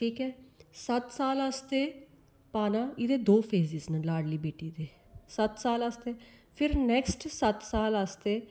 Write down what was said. ठीक ऐ सत्त साल आस्तै पाना एहदे दो फेजज न लाडली बेटी दे सत्त साल आस्तै फिर नेक्सट सत्त साल आस्तै